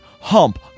Hump